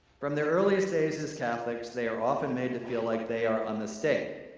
from their earliest days as catholics, they are often made to feel like they are a mistake.